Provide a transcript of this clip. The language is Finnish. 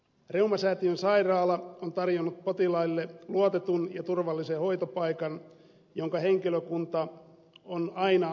reumasäätiön sairaala on tarjonnut potilaille luotetun ja turvallisen hoitopaikan jonka henkilökunta on aina antautunut työlleen